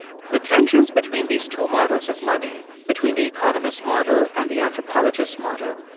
the tensions between these two models of money, between the economist's model and the anthropologist's model,